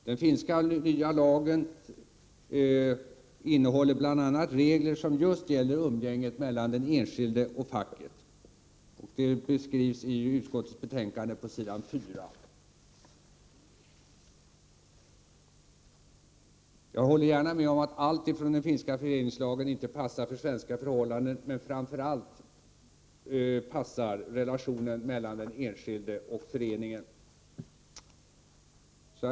Den nya finska lagen innehåller bl.a. regler som just gäller umgänget mellan den enskilde och facket. Det beskrivs i utskottsbetänkandet på s. 4. Jag håller gärna med om att allt från den finska föreningslagen inte passar för svenska förhållanden men framför allt passar relationen mellan den enskilde och föreningen.